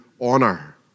honor